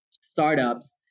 startups